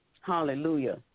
hallelujah